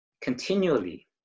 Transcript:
continually